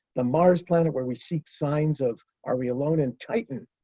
the mars planet, where we seek signs of are we alone? and titan,